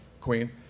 queen